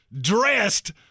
Dressed